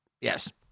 yes